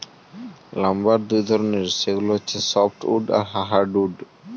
lumber দুই ধরনের, সেগুলো হচ্ছে সফ্ট উড আর হার্ড উড